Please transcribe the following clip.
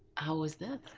how was that?